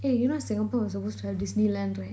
eh you know singapore was supposed to have Disneyland right